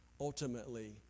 ultimately